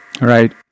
Right